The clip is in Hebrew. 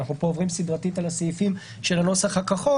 אנחנו עוברים פה סדרתית על הסעיפים של הנוסח הכחול